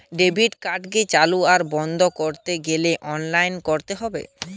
debit কার্ডকে চালু আর বন্ধ কোরতে গ্যালে অনলাইনে কোরতে হচ্ছে